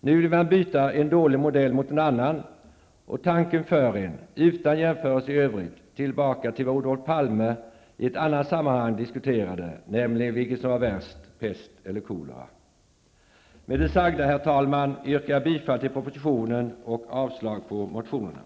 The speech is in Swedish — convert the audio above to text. Nu vill man byta en dålig modell mot en annan, och tanken för en, utan jämförelser i övrigt, tillbaka till vad Olof Palme i ett annat sammanhang diskuterade, nämligen vilket som var värst -- pest eller kolera. Med det sagda, herr talman, yrkar jag bifall till propositionen och avslag på motionerna.